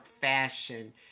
fashion